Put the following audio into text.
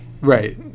Right